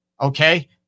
Okay